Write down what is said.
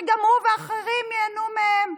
שגם הוא ואחרים ייהנו מהם,